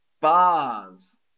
bars